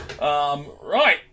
Right